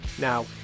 Now